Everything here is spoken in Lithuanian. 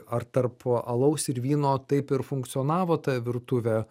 ar tarp alaus ir vyno taip ir funkcionavo ta virtuvė